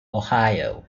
ohio